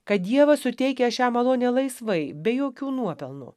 kad dievas suteikia šią malonę laisvai be jokių nuopelnų